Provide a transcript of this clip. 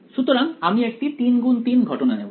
সুতরাং আমি একটি 3 গুণ 3 ঘটনা নেব